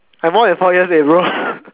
I more than four years eh bro